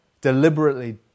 deliberately